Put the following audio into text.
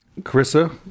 Carissa